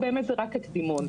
באמת זה רק הקדימון,